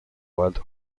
wild